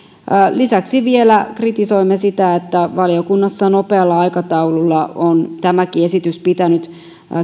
lisäksi vielä kritisoimme sitä että valiokunnassa nopealla aikataululla on tämäkin esitys pitänyt